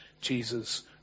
Jesus